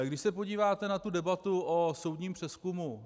Když se podíváte na debatu o soudním přezkumu.